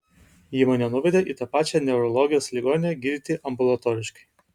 ji mane nuvedė į tą pačią neurologijos ligoninę gydyti ambulatoriškai